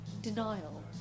denial